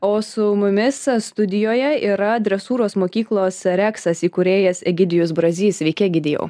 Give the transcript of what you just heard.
o su mumis studijoje yra dresūros mokyklos reksas įkūrėjas egidijus brazys sveiki egidijau